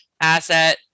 asset